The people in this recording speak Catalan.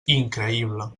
increïble